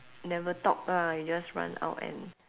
never talk lah you just run out and